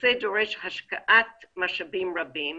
הנושא דורש השקעת משאבים רבים,